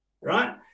right